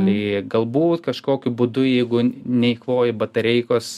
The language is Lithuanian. tai galbūt kažkokiu būdu jeigu neeikvoji batareikos